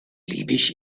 liebig